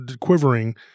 quivering